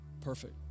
perfect